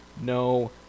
no